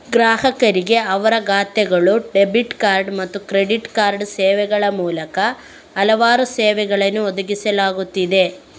ಗ್ರಾಹಕರಿಗೆ ಅವರ ಖಾತೆಗಳು, ಡೆಬಿಟ್ ಕಾರ್ಡ್ ಮತ್ತು ಕ್ರೆಡಿಟ್ ಕಾರ್ಡ್ ಸೇವೆಗಳ ಮೂಲಕ ಹಲವಾರು ಸೇವೆಗಳನ್ನು ಒದಗಿಸಲಾಗುತ್ತಿದೆ